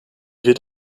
wird